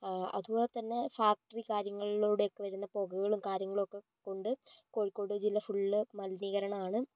അതുപോലെ തന്നെ ഫാക്ടറി കാര്യങ്ങളിലൂടെ ഒക്കെ വരുന്ന പുകകളും കാര്യങ്ങളും ഒക്കെ കൊണ്ട് കോഴിക്കോട് ജില്ല ഫുള്ള് മലിനീകരണമാണ്